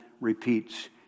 repeats